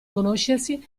conoscersi